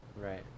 Right